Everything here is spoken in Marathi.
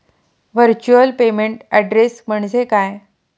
व्हर्च्युअल पेमेंट ऍड्रेस म्हणजे काय?